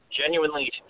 genuinely